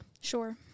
Sure